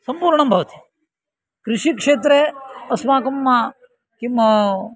सम्पूर्णं भवति कृषिक्षेत्रे अस्माकं किं